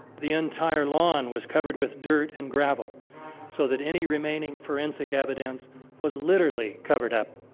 the entire lawn was covered with dirt and gravel so that any remaining forensic evidence was literally covered up.